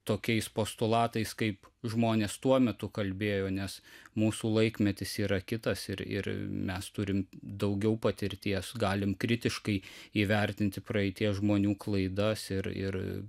tokiais postulatais kaip žmonės tuo metu kalbėjo nes mūsų laikmetis yra kitas ir ir mes turim daugiau patirties galim kritiškai įvertinti praeities žmonių klaidas ir ir